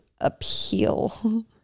appeal